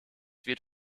wird